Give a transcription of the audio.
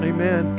Amen